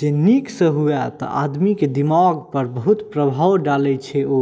जॅं नीक सॅं हुए तऽ आदमी के दिमाग पर बहुत प्रभाव डालै छै ओ